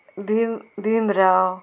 Bhim Bhimrao